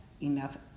enough